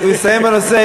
יש לך משהו על רכבת ישראל